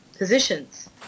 positions